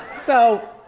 so,